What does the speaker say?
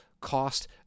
cost